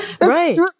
Right